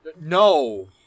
No